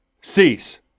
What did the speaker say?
cease